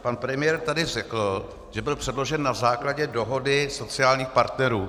Pan premiér tady řekl, že byl předložen na základě dohody sociálních partnerů.